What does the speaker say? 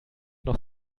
noch